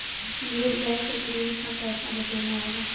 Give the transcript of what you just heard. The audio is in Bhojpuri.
निवेस बैंक क जरूरी काम पैसा बटोरना होला